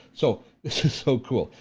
so, this is so cool.